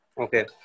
okay